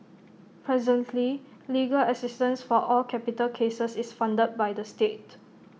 presently legal assistance for all capital cases is funded by the state